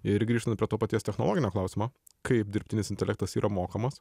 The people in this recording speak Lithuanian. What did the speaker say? ir grįžtant prie to paties technologinio klausimo kaip dirbtinis intelektas yra mokamas